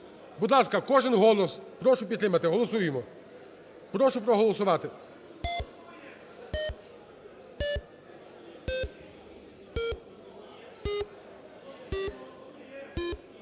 Будь ласка, кожен голос. Прошу підтримати, голосуємо. Прошу проголосувати.